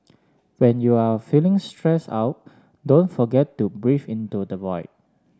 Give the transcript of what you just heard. when you are feeling stressed out don't forget to breathe into the void